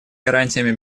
гарантиями